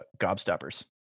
Gobstoppers